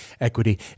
equity